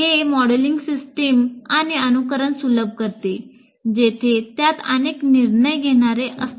हे modelling system आणि अनुकरण सुलभ करते जेथे त्यात अनेक निर्णय घेणारे असतात